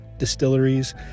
distilleries